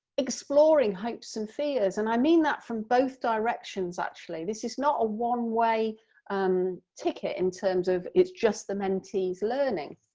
exploring hopes and fears and i mean that from both directions actually, actually, this is not a one-way um ticket in terms of it's just the mentees learning.